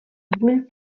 vull